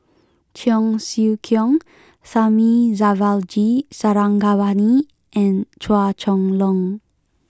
Cheong Siew Keong Thamizhavel G Sarangapani and Chua Chong Long